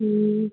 ہوں